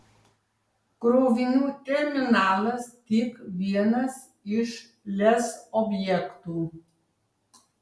krovinių terminalas tik vienas iš lez objektų